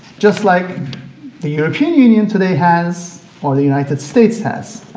just like the european union today has, or the united states has,